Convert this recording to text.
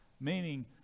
Meaning